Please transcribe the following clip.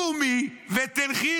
קומי ולכי.